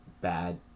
bad